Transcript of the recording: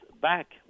back